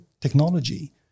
technology